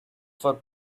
for